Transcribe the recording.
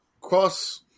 Cross